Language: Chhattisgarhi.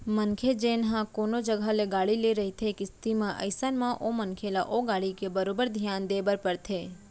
मनखे जेन ह कोनो जघा ले गाड़ी ले रहिथे किस्ती म अइसन म ओ मनखे ल ओ गाड़ी के बरोबर धियान देय बर परथे